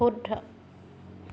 শুদ্ধ